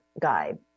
guide